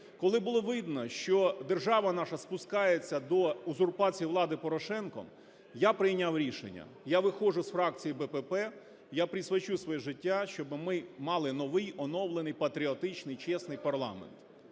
коли було видно, що держава наша спускається до узурпації влади Порошенком, я прийняв рішення: я виходжу з фракції БПП, я присвячу своє життя, щоби ми мали новий, оновлений, патріотичний, чесний парламент.